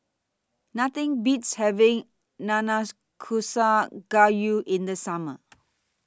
Nothing Beats having Nanakusa Gayu in The Summer